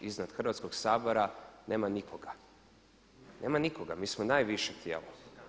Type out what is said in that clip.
Iznad Hrvatskog sabora nema nikoga, nema nikoga, mi smo najviše tijelo.